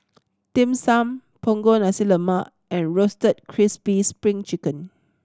Dim Sum Punggol Nasi Lemak and Roasted Crispy Spring Chicken